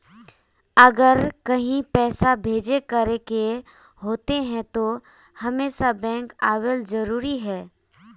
अगर कहीं पैसा भेजे करे के होते है तो हमेशा बैंक आबेले जरूरी है?